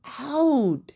out